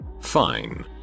Fine